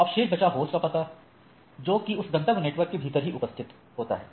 अब शेष बचा होस्ट का पता जो कि उस गंतव्य नेटवर्क के भीतर ही उपस्थित होता है